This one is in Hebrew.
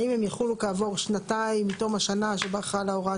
האם הם יחולו כעבור שנתיים מתום השנה שבה חלה הוראת